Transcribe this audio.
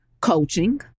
Coaching